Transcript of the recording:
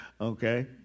Okay